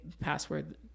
password